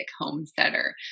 homesteader